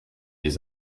des